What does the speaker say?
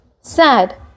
sad